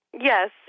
Yes